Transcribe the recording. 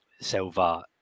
Silva